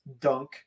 dunk